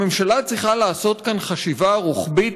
הממשלה צריכה לעשות כאן חשיבה רוחבית,